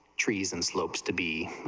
treason slopes to be,